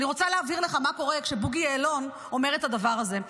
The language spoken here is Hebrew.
אני רוצה להבהיר לך מה קורה כשבוגי יעלון אומר את הדבר הזה.